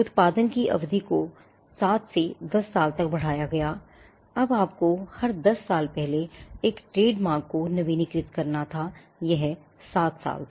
उत्पादन की अवधि को 7 से 10 साल तक बढ़ाया गया था अब आपको हर 10 साल बाद एक ट्रेडमार्क को नवीनीकृत करना थापहले यह 7 साल था